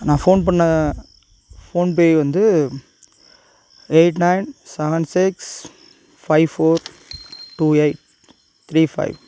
நான் ஃபோன் பண்ண PhonePe வந்து eight nine seven six five four two eight three five